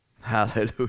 Hallelujah